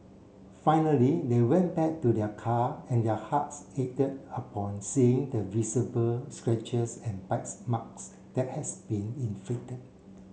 finally they went back to their car and their hearts ached upon seeing the visible scratches and bites marks that has been inflicted